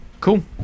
Cool